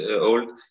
old